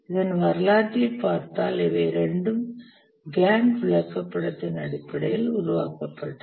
இதன் வரலாற்றைப் பார்த்தால் இவை இரண்டும் கேன்ட் விளக்கப்படத்தின் அடிப்படையில் உருவாக்கப்பட்டவை